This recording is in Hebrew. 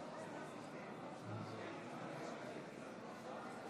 49, נגדה, 61. אני קובע כי ההצעה לא התקבלה.